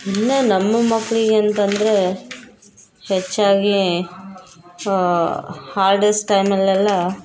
ಇನ್ನೇನು ನಮ್ಮ ಮಕ್ಕಳಿಗೆ ಅಂತಂದರೆ ಹೆಚ್ಚಾಗಿ ಹಾಲ್ಡೆಸ್ ಟೈಮಲ್ಲೆಲ್ಲ